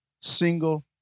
single